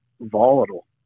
volatile